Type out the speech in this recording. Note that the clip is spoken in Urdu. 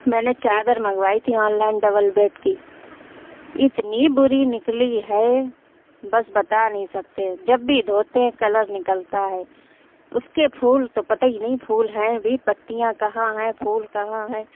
میں نے چادر منگوائی تھی آنلائن ڈبل بیڈ کی اتنی بری نکلی ہے بس بتا نہیں سکتے جب بھی دھوتے ہیں کلر نکلتا ہے اس کے پھول تو پتا ہی نہیں پھول ہیں بھی پتیاں کہاں ہیں پھول کہاں ہیں